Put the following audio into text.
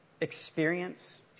experience